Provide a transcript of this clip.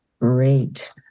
great